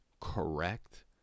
correct